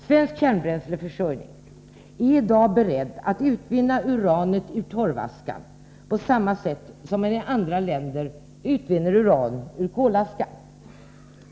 Svensk Kärnbränsleförsörjning är i dag berett att utvinna uranet ur torvaskan på samma sätt som man i andra länder utvinner uran ur kolaska.